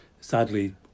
sadly